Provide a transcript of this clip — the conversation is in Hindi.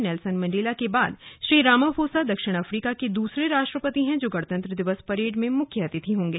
नेल्सन मंडेला के बाद श्री रामाफोसा दक्षिण अफ्रीका के दूसरे राष्ट्रपति हैं जो गणतंत्र दिवस परेड में मुख्य अतिथि होंगे